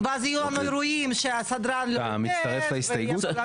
ואז יהיו לנו אירועים שהסדרן לא נותן ויהיה בלגן.